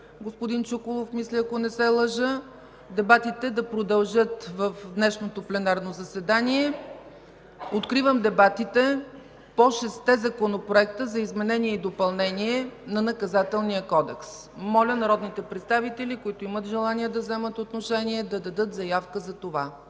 господин Чуколов дебатите да продължат в днешното пленарно заседание. Откривам дебатите по шестте законопроекта за изменение и допълнение на Наказателния кодекс. Моля народните представители, които имат желание да вземат отношение, да дадат заявка за това.